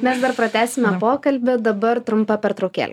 mes dar pratęsime pokalbį dabar trumpa pertraukėlė